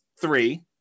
three